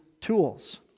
tools